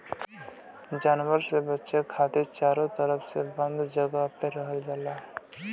जानवर से बचाये खातिर चारो तरफ से बंद जगह पे रखल जाला